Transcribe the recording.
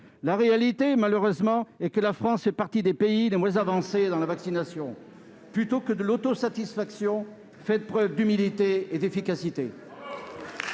La réalité, malheureusement, est que la France fait partie des pays les moins avancés dans la vaccination. Plutôt que d'autosatisfaction, faites preuve d'humilité et d'efficacité